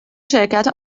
شرکت